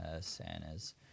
Santa's